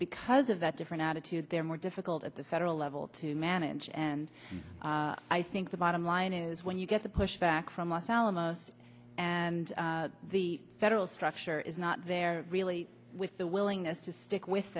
because of that different attitude they're more difficult at the federal level to manage and i think the bottom line is when you get the push back from los alamos and the federal structure is not there really with the willingness to stick with